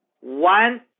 One